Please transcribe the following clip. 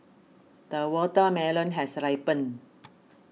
the watermelon has ripened